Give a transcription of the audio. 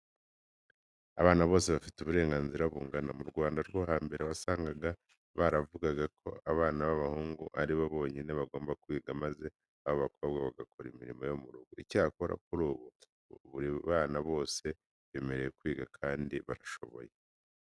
Abana bose bafite uburenganzira bungana. Mu Rwanda rwo hambere wasangaga baravugaga ko abana b'abahungu ari bo bonyine bagomba kwiga, maze ab'abakobwa bagakora imirimo yo mu rugo. Icyakora kuri ubu buri bana bose bemerewe kwiga kandi barashoboye.